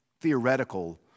theoretical